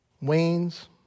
wanes